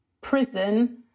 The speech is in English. prison